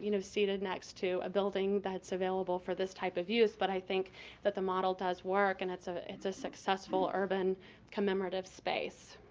you know seated next to a building that's available for this type of use, but i think that the model does work. and ah it's a successful urban commemorative space.